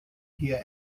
hier